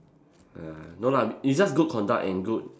ah no lah it's just good conduct and good